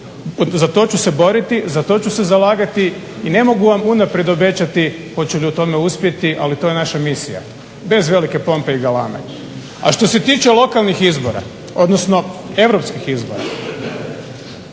za to ću se boriti, za to ću se zalagati. I ne mogu vam unaprijed obećati hoću li u tome uspjeti, ali to je naša misija. Bez velike pompe i galame. A što se tiče lokalnih izbora, odnosno europskih izbora,